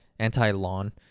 anti-lawn